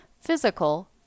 physical